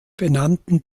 benannten